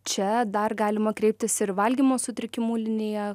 čia dar galima kreiptis ir į valgymo sutrikimų liniją